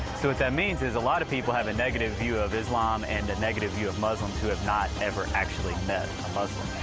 so what that means is a lot of people have a negative view of islam and a negative view of muslims who have not ever actually met a muslim,